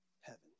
heaven